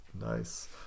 Nice